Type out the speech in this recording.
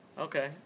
Okay